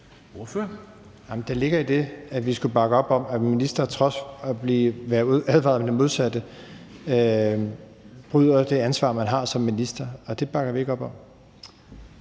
der ligger det i det, at vi skulle bakke op om, at en minister, på trods af at hun var blevet advaret mod det, bryder det ansvar, man har som minister. Og det bakker vi ikke op om.